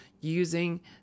using